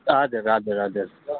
हजुर हजुर हजुर